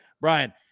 Brian